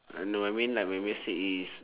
uh no I mean like my message is